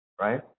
right